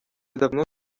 давно